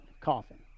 coffin